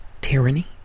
tyranny